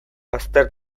azter